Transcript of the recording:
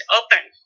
open